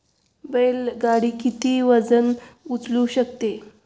बैल गाडी किती वजन उचलू शकते?